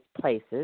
places